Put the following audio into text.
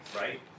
right